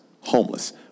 homeless